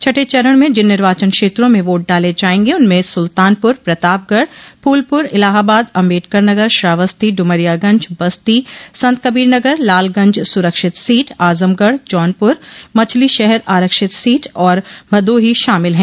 छठे चरण में जिन निर्वाचन क्षेत्रों में वोट डाले जायेंगे उनमें सुल्तानपुर प्रतापगढ़ फूलपुर इलाहाबाद अम्बेडकर नगर श्रावस्ती डुमरियागंज बस्ती संतकबीर नगर लालगंज सुरक्षित सीट आजमगढ़ जौनपुर मछलीशहर आरक्षित सीट और भदोही शामिल हैं